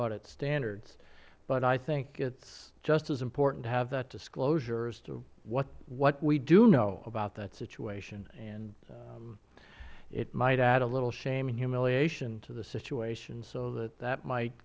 audit standards but i think it is just as important to have that disclosure what we do know about that situation it might add a little shame and humiliation to the situation so that that might